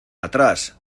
atrás